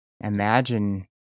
imagine